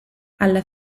alla